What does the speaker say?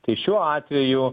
tai šiuo atveju